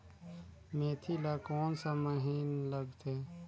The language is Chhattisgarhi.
मेंथी ला कोन सा महीन लगथे?